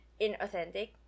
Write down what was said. inauthentic